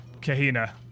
Kahina